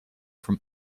from